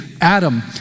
Adam